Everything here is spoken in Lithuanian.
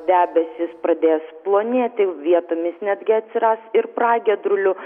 debesys pradės plonėti vietomis netgi atsiras ir pragiedrulių